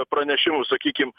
pranešimų sakykim